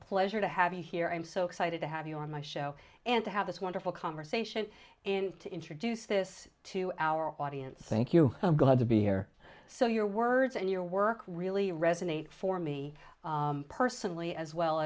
pleasure to have you here i am so excited to have you on my show and to have this wonderful conversation and to introduce this to our audience thank you i'm glad to be here so your words and your work really resonate for me personally as well